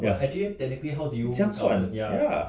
ya 这样算 ya